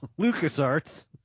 LucasArts